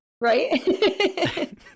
right